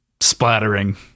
splattering